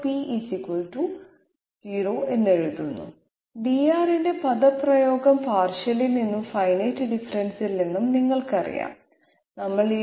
p 0 എന്ന് എഴുതുന്നു dR ന്റെ പദപ്രയോഗം പാർഷ്യലിൽ നിന്നും ഫൈനൈറ്റ് ഡിഫറെൻസിൽ നിന്നും നിങ്ങൾക്കറിയാം നമ്മൾ ഈ dR